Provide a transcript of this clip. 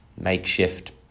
makeshift